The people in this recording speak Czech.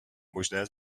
možné